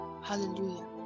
Hallelujah